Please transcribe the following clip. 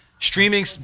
Streaming